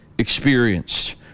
experienced